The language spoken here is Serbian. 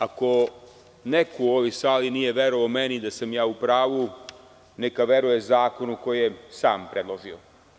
Ako neko u ovoj sali nije verovao meni da sam ja u pravu, neka veruje zakonu koji je sam predložio.